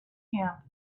camp